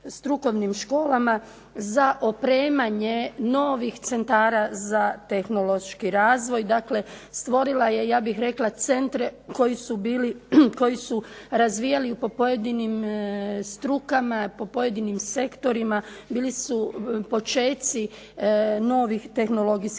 strukovnim školama za opremanje novih centara za tehnološki razvoj, stvorila ja bih rekla centre koji su razvijali po pojedinim strukama, po pojedinim sektorima bili su počeci novih tehnologijskih